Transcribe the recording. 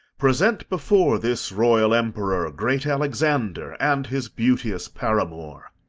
present before this royal emperor great alexander and his beauteous paramour.